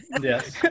Yes